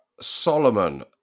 Solomon